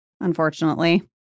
unfortunately